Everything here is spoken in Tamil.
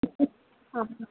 ஆமாம்